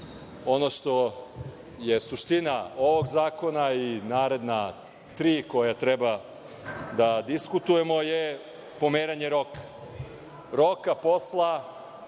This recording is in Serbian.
ono što je suština ovog zakona i naredna tri, koja treba da diskutujemo, je pomeranje roka, roka posla